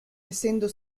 essendo